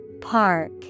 Park